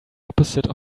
opposite